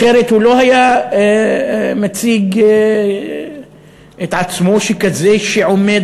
אחרת הוא לא היה מציג את עצמו ככזה שעומד